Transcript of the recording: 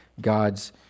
God's